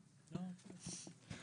ׁׁׁ(3)